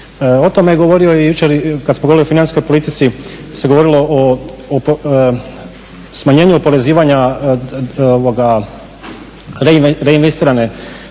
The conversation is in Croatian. O tome je govorio jučer kad smo govorili o financijskoj politici, kad se govorilo o smanjenju oporezivanja reinvestirane